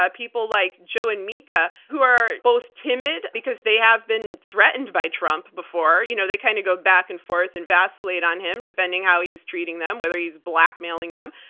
ah people like joe and mika, who are both timid because they have been threatened by trump before. you know they kind of go back and forth and vacillate on him, depending how he's treating them, whether he's blackmailing them,